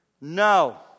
No